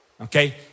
okay